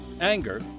Anger